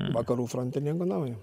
vakarų fronte nieko naujo